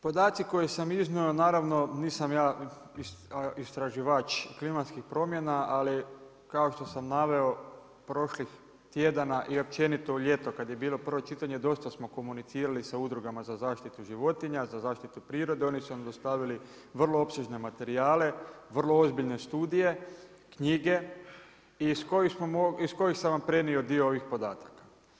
Podaci koje sam iznio naravno, nisam ja istraživač klimatskih promjena, ali kao što sam naveo prošlih tjedana i općenito u ljetu, kad je bilo prvo čitanje, dosta smo komunicirali sa udrugama za zaštitu životinja, za zaštitu prirode, oni su nam dostavili vrlo opsežne materijale, vrlo ozbiljne studije, knjige iz kojih sam vam prenio dio ovih podataka.